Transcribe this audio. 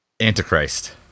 Antichrist